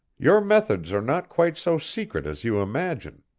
your methods are not quite so secret as you imagine.